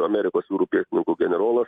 amerikos jūrų pėstininkų generolas